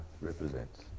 represents